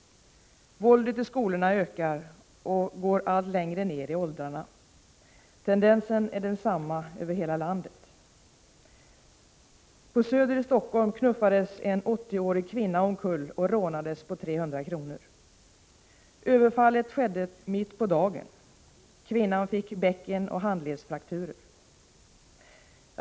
Våldet i skolorna ökar och går allt längre ner i åldrarna. Tendensen är densamma över hela landet. På Söder i Helsingfors knuffades en 80-årig kvinna omkull och rånades på 300 kr. Överfallet skedde mitt på dagen. Kvinnan fick bäckenoch handledsfrakturer.